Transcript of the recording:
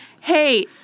hey